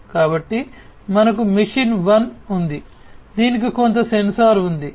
కాబట్టి మనకు మెషిన్ 1 ఉంది దీనికి కొంత సెన్సార్ ఉంది